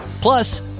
Plus